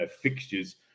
fixtures